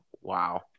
wow